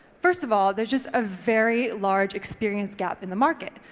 first of all, there's just a very large experience gap in the market.